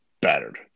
battered